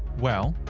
well,